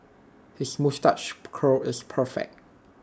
his moustache curl is perfect